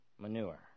manure